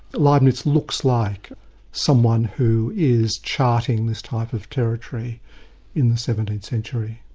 leibnitz looks like someone who is charting this type of territory in the seventeenth century.